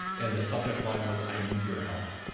and the subject line was, i need your help.